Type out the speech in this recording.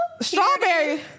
Strawberry